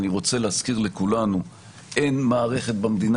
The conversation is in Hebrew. אני רוצה להזכיר לכולנו שאין מערכת במדינה